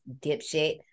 dipshit